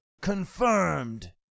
confirmed